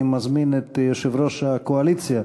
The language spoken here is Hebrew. אני מזמין את יושב-ראש הקואליציה,